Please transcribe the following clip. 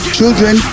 children